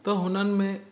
त हुननि में